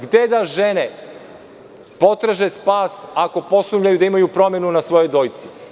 Gde da žene potraže spas ako posumnjaju da imaju promenu na svojoj dojci?